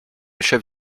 chef